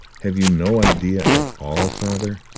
have you no idea at all, father?